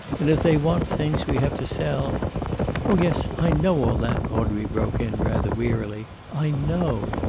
and if they want things we have to sell oh, yes, i know all that, audrey broke in, rather wearily. i know.